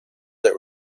that